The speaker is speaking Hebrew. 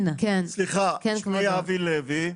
שמי אבי לוי,